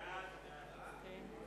(תיקון מס' 2) (הארכת תוקף),